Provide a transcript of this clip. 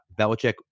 Belichick